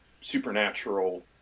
supernatural